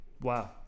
Wow